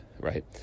right